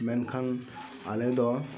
ᱢᱮᱱᱠᱷᱟᱱ ᱟᱞᱮ ᱫᱚ